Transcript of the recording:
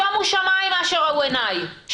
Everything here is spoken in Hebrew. שומו שמיים מה שראו עיניי,